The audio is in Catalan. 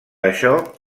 això